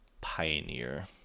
Pioneer